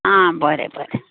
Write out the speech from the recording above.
आं बरें बरें